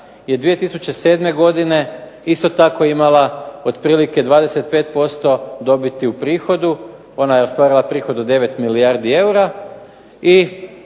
je 2007. godine isto tako imala otprilike 25% dobiti u prihodu, ona je ostvarila prihod od 9 milijardi eura